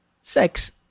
sex